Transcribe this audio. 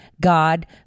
God